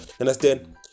understand